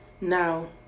now